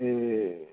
ए